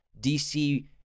DC